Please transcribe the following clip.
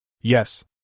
Yes